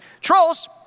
trolls